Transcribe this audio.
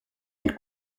been